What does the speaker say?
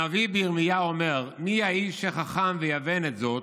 הנביא ירמיהו אומר: "מי האיש החכם ויבן את זאת,